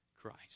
Christ